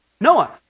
Noah